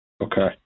Okay